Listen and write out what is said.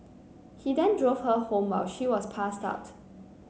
he then drove her home while she was passed out